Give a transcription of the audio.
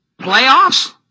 Playoffs